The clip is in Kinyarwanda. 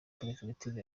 perefegitura